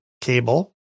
cable